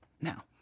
Now